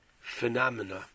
phenomena